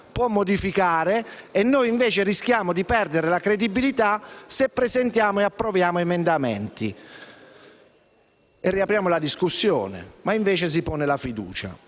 possa modificare e noi invece rischiamo di perdere la credibilità se presentiamo e approviamo emendamenti e riapriamo la discussione. Da noi, invece, si pone la fiducia.